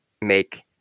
make